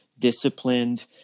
disciplined